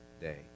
day